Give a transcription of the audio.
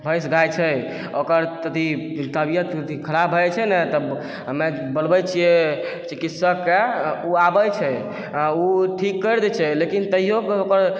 भैंस गाय छै ओकर तबियत अथी खराब भए जाय छै ने तब हमे बोलबै छियै चिकित्सकके ओ आबै छै आओर ओ ठीक करि दै छै लेकिन तैयो ओकर